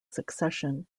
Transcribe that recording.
succession